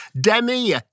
Demi